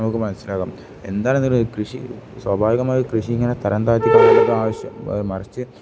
നമുക്ക് മനസ്സിലാക്കാം എന്താണെങ്കിലും കൃഷി സ്വാഭാവികമായി കൃഷി ഇങ്ങനെ തരം താഴ്ത്തി ആവശ്യം മറിച്ചു